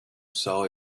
saw